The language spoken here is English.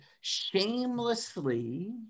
Shamelessly